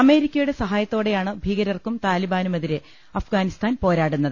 അമേരിക്കയുടെ സഹായത്തോടെയാണ് ഭീകരർക്കും താലിബാനുമെതിരെ അഫ്ഗാനിസ്ഥാൻ പോരാടുന്നത്